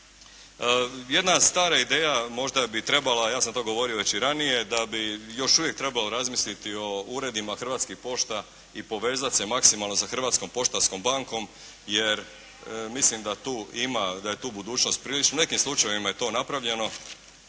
Jedna stara ideja možda bi trebala, ja sam to govorio veći ranije da bi još uvijek trebalo razmisliti o uredima Hrvatskih pošta i povezati se maksimalno sa Hrvatskom poštanskom bankom jer mislim da tu ima, da je tu budućnost prilično. U nekim slučajevima je to napravljeno